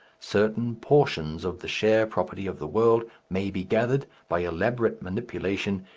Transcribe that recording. certain portions of the share property of the world may be gathered, by elaborate manipulation,